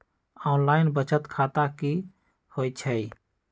Online बचत खाता की होई छई?